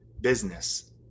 business